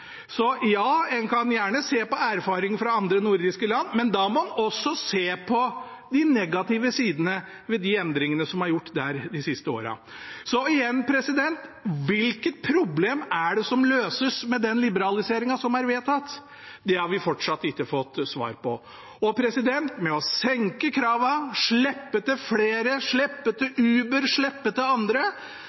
Så ja, en kan gjerne se på erfaringer fra andre nordiske land, men da må en også se på de negative sidene ved de endringene som er gjort der de siste årene. Igjen: Hvilket problem løses ved den liberaliseringen som er vedtatt? Det har vi fortsatt ikke fått svar på. Ved å senke kravene, slippe til flere, slippe til Uber og slippe til andre